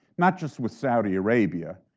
not just with saudi arabia,